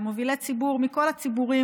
למובילי ציבור מכל הציבורים,